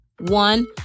one